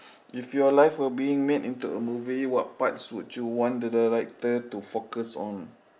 if your life were being make into a movie what parts would you want the director to focus on